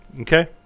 Okay